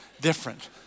different